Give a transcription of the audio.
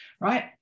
Right